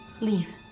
Leave